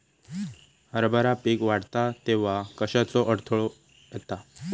हरभरा पीक वाढता तेव्हा कश्याचो अडथलो येता?